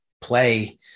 play